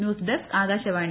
news desk Akashvani